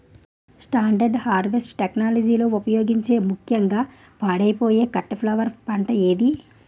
Standard harvest టెక్నాలజీని ఉపయోగించే ముక్యంగా పాడైపోయే కట్ ఫ్లవర్ పంట ఏది?